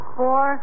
four